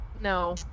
no